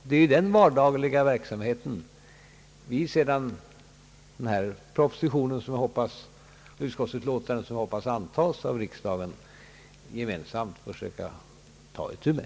Det är den vardagliga verksamheien som vi, när denna proposition och detta utskottsutlåtande, som jag hoppas, blivit antaget av riksdagen, gemensamt får försöka ta itu med.